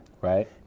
right